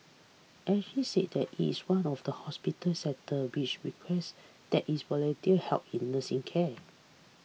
Assisi says that it is one of the hospital sector which requests that its volunteer help in nursing care